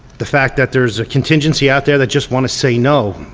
the fact that there's a contingency out there that just want to say no,